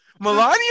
Melania